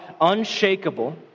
unshakable